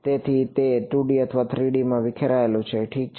તેથી તે 2 D અથવા 3 D માં વિખરાયેલું છે ઠીક છે